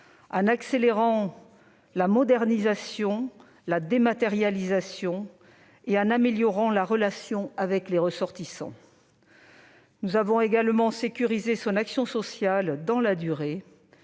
en accélérant la modernisation et la dématérialisation, et en améliorant la relation avec les ressortissants. Nous avons également sécurisé son action sociale dans la durée,